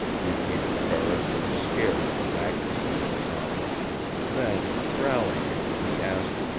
repeated ferris, scared at the magnitude of the sum then, rallying, he asked